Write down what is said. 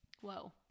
Whoa